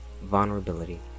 vulnerability